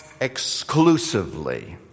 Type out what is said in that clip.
exclusively